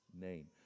name